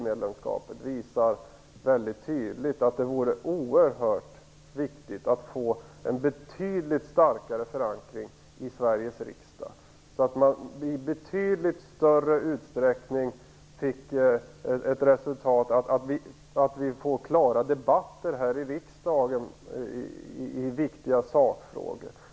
medlemskapet visar tydligt att det vore oerhört viktigt att få en betydligt starkare förankring i Sveriges riksdag, så att vi i långt större utsträckning fick debatter i riksdagen om viktiga sakfrågor.